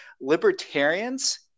libertarians